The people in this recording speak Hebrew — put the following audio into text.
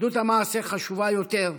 אחדות המעשה חשובה יותר,